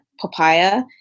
papaya